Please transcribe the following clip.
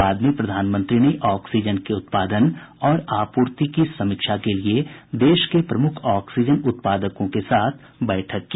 बाद में प्रधानमंत्री ने ऑक्सीजन के उत्पादन और आपूर्ति की समीक्षा के लिए देश के प्रमुख ऑक्सीजन उत्पादकों के साथ भी बैठक की